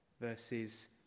verses